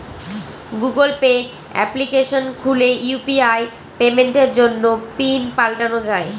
Google Pay application খুলে UPI পেমেন্টের জন্য পিন পাল্টানো যাই